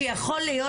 שיכול להיות